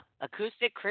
Acoustic